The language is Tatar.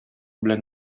белән